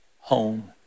home